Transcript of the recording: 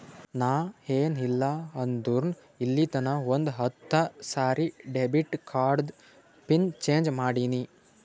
ನಾ ಏನ್ ಇಲ್ಲ ಅಂದುರ್ನು ಇಲ್ಲಿತನಾ ಒಂದ್ ಹತ್ತ ಸರಿ ಡೆಬಿಟ್ ಕಾರ್ಡ್ದು ಪಿನ್ ಚೇಂಜ್ ಮಾಡಿನಿ